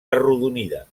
arrodonida